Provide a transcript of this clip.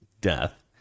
death